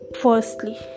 firstly